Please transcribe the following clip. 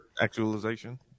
Actualization